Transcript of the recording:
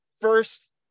first